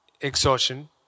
exhaustion